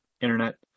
internet